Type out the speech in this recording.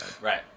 Right